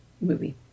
movie